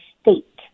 state